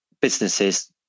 businesses